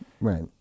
right